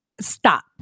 stop